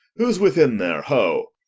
who's within there, hoe?